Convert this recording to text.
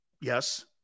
Yes